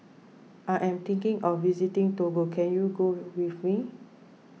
I am thinking of visiting Togo can you go with me